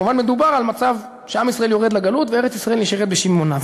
כמובן מדובר על מצב שעם ישראל יורד לגלות וארץ-ישראל נשארת בשיממונה.